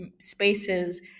spaces